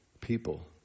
people